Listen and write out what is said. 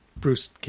Bruce